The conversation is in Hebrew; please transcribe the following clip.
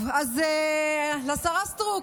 אז השרה סטרוק,